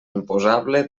imposable